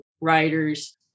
writers